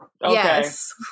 Yes